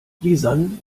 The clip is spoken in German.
lisann